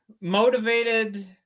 motivated